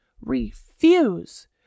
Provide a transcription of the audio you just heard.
refuse